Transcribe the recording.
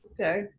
Okay